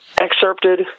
excerpted